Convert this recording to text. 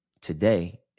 today